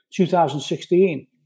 2016